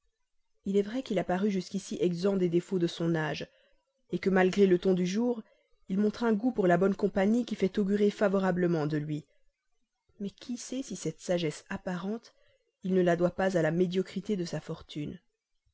il est vrai qu'il a paru jusqu'ici exempt des défauts de son âge que malgré le ton du jour il montre un goût pour la bonne compagnie qui fait augurer favorablement de lui mais qui sait si cette sagesse apparente il ne la doit pas à la médiocrité de sa fortune